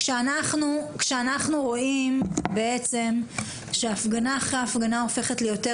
כשאנחנו רואים בעצם שהפגנה אחר הפגנה הופכת ליותר